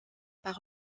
par